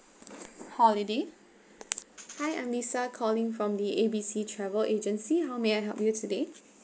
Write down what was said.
holiday hi I'm lisa calling from the A B C travel agency how may I help you today